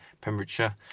Pembrokeshire